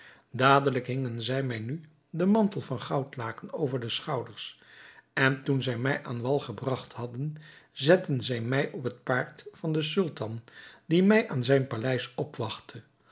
dadelijk hingen zij mij nu den mantel van goudlaken over de schouders en toen zij mij aan wal gebragt hadden zetten zij mij op het paard van den sultan die mij aan zijn paleis